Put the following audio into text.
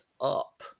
up